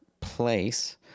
place